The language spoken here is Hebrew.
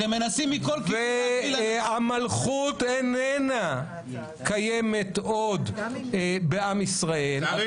אתם מנסים מכל כיוון להפיל --- והמלכות איננה קיימת עוד בעם ישראל,